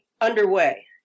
Underway